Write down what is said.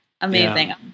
Amazing